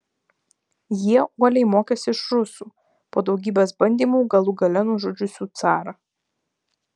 jie uoliai mokėsi iš rusų po daugybės bandymų galų gale nužudžiusių carą